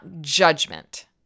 judgment